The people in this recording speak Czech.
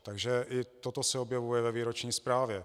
Takže i toto se objevuje ve výroční zprávě.